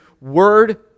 Word